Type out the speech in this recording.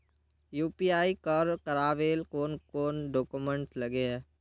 UPI कर करावेल कौन कौन डॉक्यूमेंट लगे है?